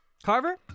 Carver